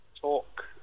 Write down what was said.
talk